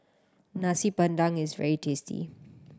Nasi Padang is very tasty